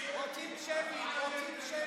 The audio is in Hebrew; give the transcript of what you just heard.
רוצים שמית, רוצים שמית.